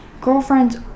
girlfriends